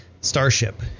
Starship